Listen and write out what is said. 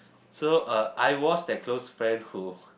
so uh I was that close friend who